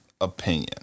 opinion